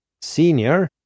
senior